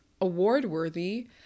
award-worthy